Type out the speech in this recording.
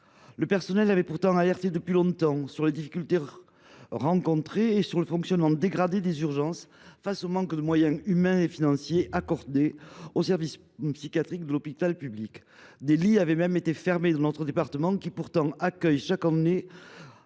Le personnel avait pourtant donné l’alerte sur les difficultés rencontrées et sur le fonctionnement dégradé des urgences face au manque de moyens humains et financiers accordés aux services psychiatriques de l’hôpital public. Des lits avaient même été fermés dans mon département, la Haute Garonne,